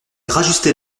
rajustait